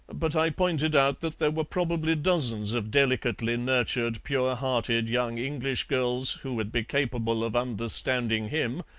but i pointed out that there were probably dozens of delicately nurtured, pure-hearted young english girls who would be capable of understanding him,